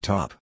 Top